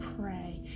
pray